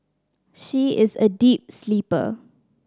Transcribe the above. she is a deep sleeper